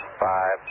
five